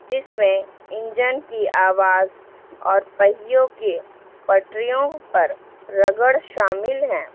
جس میں انجن کی آواز اور پہیوں کے پٹریوں پر رگڑ شامل ہیں